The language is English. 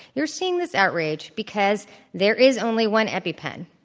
you're seeing this outrage because there is only one epi-pen.